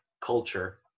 culture